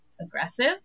aggressive